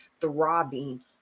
throbbing